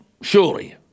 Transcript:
surely